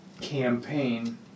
campaign